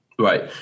Right